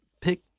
pick